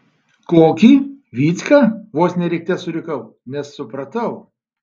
kokį vycka vos ne rikte surikau nes supratau